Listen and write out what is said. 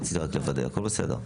הכול בסדר.